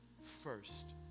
first